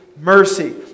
mercy